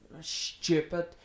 stupid